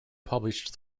published